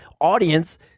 audience